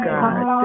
God